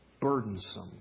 burdensome